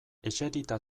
eserita